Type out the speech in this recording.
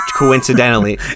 Coincidentally